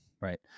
right